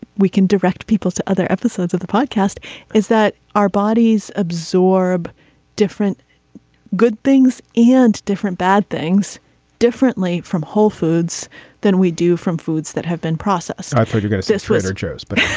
we can direct people to other episodes of the podcast is that our bodies absorb different good things and different bad things differently from whole foods than we do from foods that have been processed. so you're going to test researchers. but